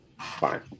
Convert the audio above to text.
Fine